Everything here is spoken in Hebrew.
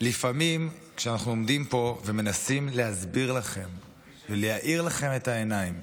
לפעמים כשאנחנו עומדים פה ומנסים להסביר לכם ולהאיר לכם את העיניים,